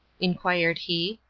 inquired he.